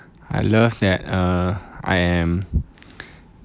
I love that uh I am